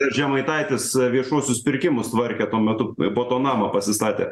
ir žemaitaitis viešuosius pirkimus tvarkė tuo metu po to namą pasistatė